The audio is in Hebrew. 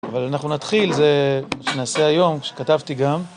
אבל אנחנו נתחיל, זה שנעשה היום, כשכתבתי גם.